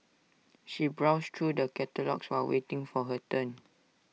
she browsed through the catalogues while waiting for her turn